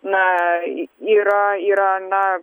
na yra yra na